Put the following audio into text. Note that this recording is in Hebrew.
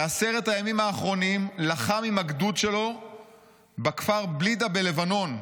בעשרת הימים האחרונים לחם עם הגדוד שלו בכפר בלידא בלבנון,